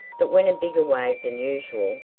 but when a bigger wave than usual,